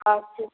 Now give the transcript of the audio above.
আচ্ছা